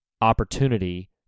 opportunity